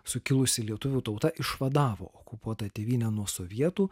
sukilusi lietuvių tauta išvadavo okupuotą tėvynę nuo sovietų